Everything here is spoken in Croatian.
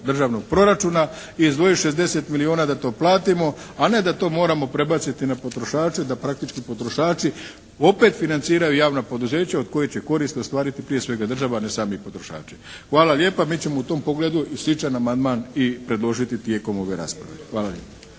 državnog proračuna izdvojit 60 milijuna da to platimo a ne da to moramo prebaciti na potrošače da praktički potrošači opet financiraju javna poduzeća od koje će koristi ostvariti prije svega država a ne sami potrošači. Hvala lijepa. Mi ćemo u tom pogledu i sličan amandman predložiti i tijekom ove rasprave. Hvala lijepa.